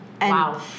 Wow